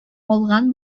алган